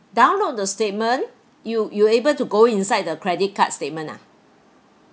download the statement you you able to go inside the credit card statement ah